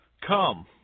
Come